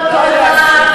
חלאס.